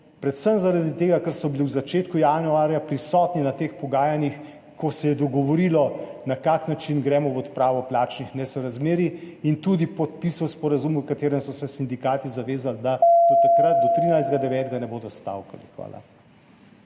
predvsem zaradi tega, ker so bili v začetku januarja prisotni na teh pogajanjih, ko se je dogovorilo, na kakšen način gremo v odpravo plačnih nesorazmerij, in tudi podpisali sporazum, v katerem so se sindikati zavezali, da do takrat, do 13. 9., ne bodo stavkali. Hvala.